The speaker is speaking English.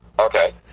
Okay